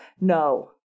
No